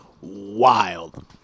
wild